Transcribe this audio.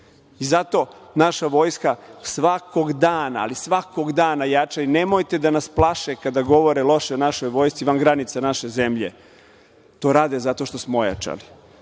Zato naša Vojska svakog dana, ali svakog dana jača i nemojte da nas plaše kada govore loše o našoj Vojsci van granice naše zemlje. To rade zato što smo ojačali.